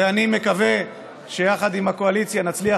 ואני מקווה שיחד עם הקואליציה נצליח